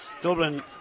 Dublin